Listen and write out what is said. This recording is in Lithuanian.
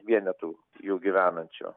vienetų jų gyvenančių